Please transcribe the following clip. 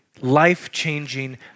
life-changing